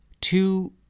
two